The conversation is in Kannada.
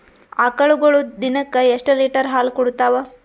ಆಕಳುಗೊಳು ದಿನಕ್ಕ ಎಷ್ಟ ಲೀಟರ್ ಹಾಲ ಕುಡತಾವ?